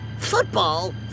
Football